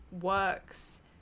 works